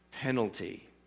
penalty